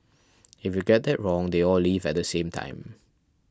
if you get that wrong they all leave at the same time